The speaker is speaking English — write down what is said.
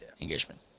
engagement